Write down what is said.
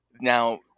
now